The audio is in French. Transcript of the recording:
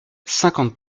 cinquante